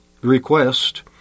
request